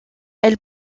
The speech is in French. elle